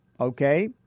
okay